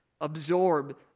absorb